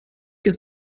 ist